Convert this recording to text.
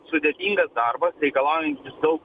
sudėtingas darbas reikalaujantis daug